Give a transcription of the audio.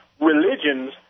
religions